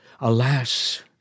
Alas